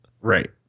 Right